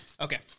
Okay